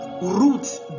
roots